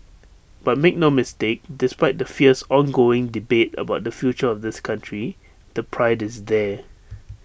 but make no mistake despite the fierce ongoing debate about the future of this country the pride is there